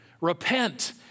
Repent